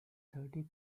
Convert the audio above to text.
thirty